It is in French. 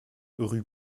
rue